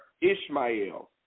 Ishmael